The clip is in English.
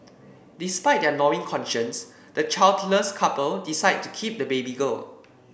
despite their gnawing conscience the childless couple decide to keep the baby girl